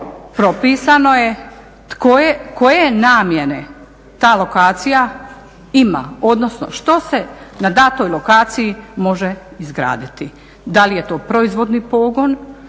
propisano je koje namjene ta lokacija ima, odnosno što se na datoj lokaciji može izgraditi. Da li je to proizvodni pogon,